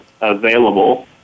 available